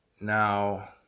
Now